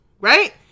right